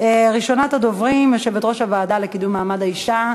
ומכיוון שיש כאן בקשה שזה יעבור לוועדה לקידום מעמד האישה,